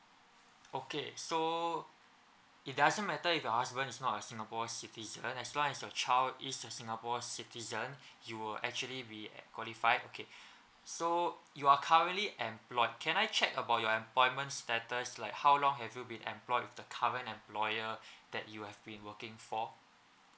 okay so it doesn't matter if your husband is not a singapore citizen as long as your child is just singapore citizen you will actually be uh qualified okay so you are currently employed can I check about your employment status like how long have you been employed with the current employer that you have been working for